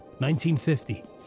1950